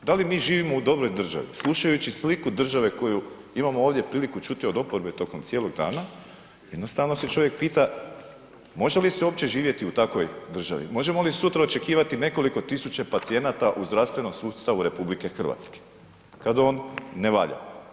Da li mi živimo u dobroj državi slušajući sliku države koju imamo ovdje priliku čuti od oporbe tokom cijelog dana, jednostavno se čovjek pita može li se uopće živjeti u takvoj državi, možemo li sutra očekivati nekoliko tisuća pacijenata u zdravstvenom sustavu RH kad on ne valja?